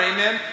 Amen